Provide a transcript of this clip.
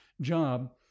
job